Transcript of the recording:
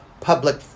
public